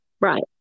Right